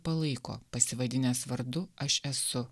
palaiko pasivadinęs vardu aš esu